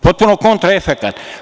Potpuno kontraefekat.